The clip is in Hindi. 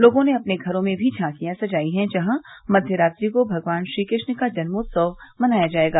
लोगों ने अपने घरों में भी झांकियाँ सजाई हैं जहां मक्यरात्रि को भगवान श्रीकृष्ण का जन्मोत्सव मनाया जाएगा